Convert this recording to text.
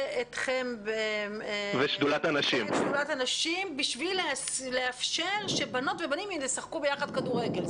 אתכם ואת שדולת הנשים בשביל לאפשר שבנות ובנים ישחקו יחד כדורגל.